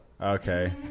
Okay